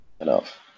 enough